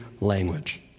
language